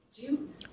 June